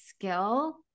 skill